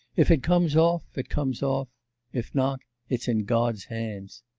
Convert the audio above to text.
if it comes off, it comes off if not, it's in god's hands.